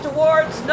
Awards